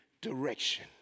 direction